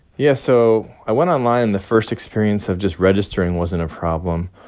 yeah. so i went online. and the first experience of just registering wasn't a problem,